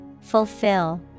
fulfill